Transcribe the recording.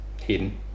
hidden